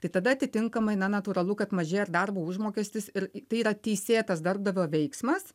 tai tada atitinkamai na natūralu kad mažėja ir darbo užmokestis ir tai yra teisėtas darbdavio veiksmas